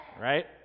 Right